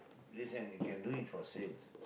this and you can do it for sales